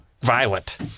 violent